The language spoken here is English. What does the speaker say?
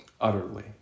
utterly